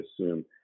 assume